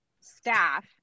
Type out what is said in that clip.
staff